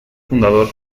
fundador